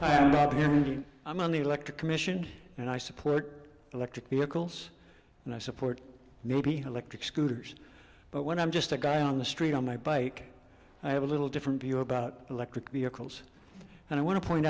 beauty i'm on the electric commission and i support electric vehicles and i support maybe how lector scooters but when i'm just a guy on the street on my bike i have a little different view about electric vehicles and i want to point